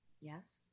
Yes